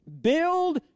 Build